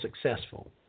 successful